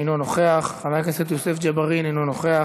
אינו נוכח,